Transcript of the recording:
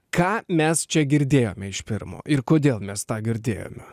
ką mes čia girdėjome iš pirmo ir kodėl mes tą girdėjome